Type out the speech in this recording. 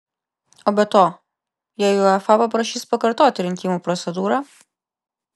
o be to jei uefa paprašys pakartoti rinkimų procedūrą